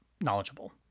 knowledgeable